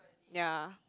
yea